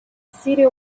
city